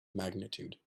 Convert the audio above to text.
magnitude